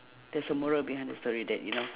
there's a moral behind the story that you know